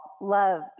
love